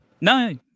No